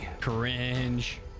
Cringe